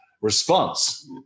response